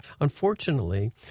Unfortunately